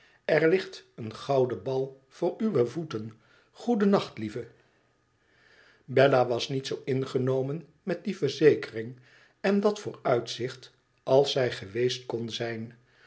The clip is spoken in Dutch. er ligt een gouden bal voor uwe voeten goedennacht lieve bella was niet zoo ingenomen met die verzekering en dat vooruitzicht als zij geweest kon zijn